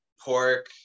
pork